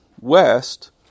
west